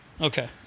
Okay